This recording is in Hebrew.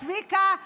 צביקה,